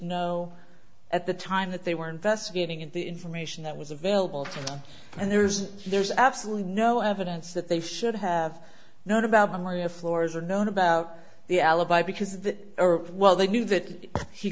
know at the time that they were investigating and the information that was available to them and there's there's absolutely no evidence that they should have known about maria floors or known about the alibi because that well they knew that he